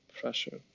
pressure